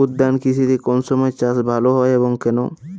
উদ্যান কৃষিতে কোন সময় চাষ ভালো হয় এবং কেনো?